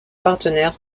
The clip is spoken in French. partenaires